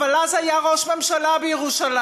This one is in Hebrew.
אבל אז היה ראש ממשלה בירושלים,